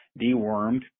dewormed